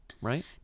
right